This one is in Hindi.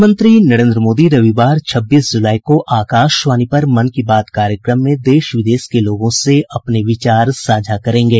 प्रधानमंत्री नरेन्द्र मोदी रविवार छब्बीस ज़ुलाई को आकाशवाणी पर मन बात कार्यक्रम में देश विदेश के लोगों से अपने विचार साझा करेंगे